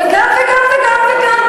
גם וגם וגם וגם,